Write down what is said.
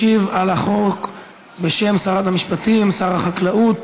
משיב על החוק, בשם שרת המשפטים, שר החקלאות,